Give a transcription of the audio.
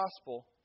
gospel